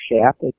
shaft